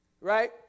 right